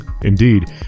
Indeed